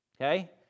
okay